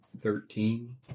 Thirteen